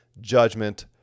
judgment